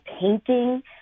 painting